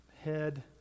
head